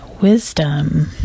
wisdom